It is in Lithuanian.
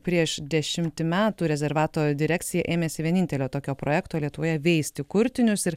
prieš dešimtį metų rezervato direkcija ėmėsi vienintelio tokio projekto lietuvoje veisti kurtinius ir